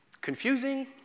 confusing